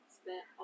spent